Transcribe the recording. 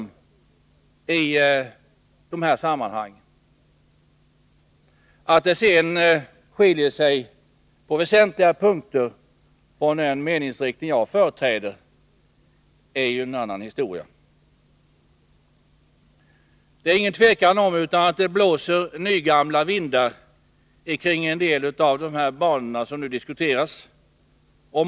Att det sedan på väsentliga punkter finns skiljaktligheter jämfört med den meningsriktning som jag företräder, det är en annan historia. Det råder ingen tvekan om att det blåser nygamla vindar kring en del av de banor som nu diskuteras .